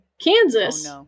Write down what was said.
Kansas